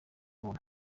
buntu